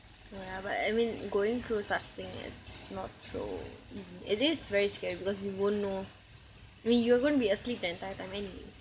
ya but I mean going through such thing it's not so easy it is very scary because you won't know mean you're going to be asleep the entire time time anyways